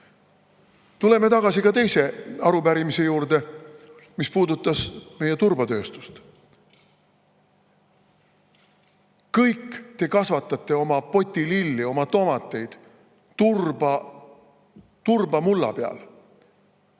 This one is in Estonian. tagasi ka teise arupärimise juurde, mis puudutas meie turbatööstust. Kõik te kasvatate oma potililli, oma tomateid turbamulla peal.